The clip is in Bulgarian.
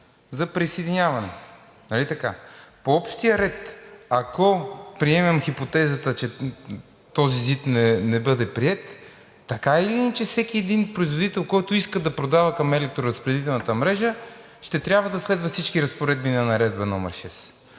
за присъединяване, нали така? По общия ред, ако приемем хипотезата, че този ЗИД не бъде приет, така или иначе всеки един производител, който иска да продава към електроразпределителната мрежа, ще трябва да следва всички разпоредби на Наредба № 6.